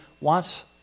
wants